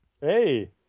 Hey